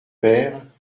père